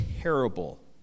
terrible